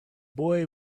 boy